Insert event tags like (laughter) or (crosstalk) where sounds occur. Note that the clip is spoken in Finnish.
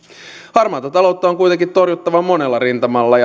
harmaata taloutta on kuitenkin torjuttava monella rintamalla (unintelligible)